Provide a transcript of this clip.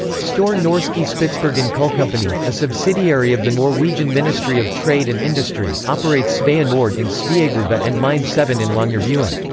store norske spitsbergen kulkompani, a subsidiary of the norwegian ministry of trade and industry, operates svea nord in sveagruva and mine seven in longyearbyen.